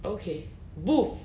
okay booth